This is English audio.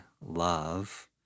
love